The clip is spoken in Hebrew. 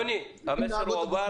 יוני, המסר הועבר.